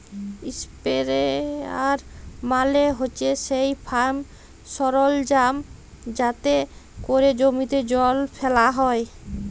ইসপেরেয়ার মালে হছে সেই ফার্ম সরলজাম যাতে ক্যরে জমিতে জল ফ্যালা হ্যয়